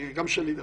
גם שלי.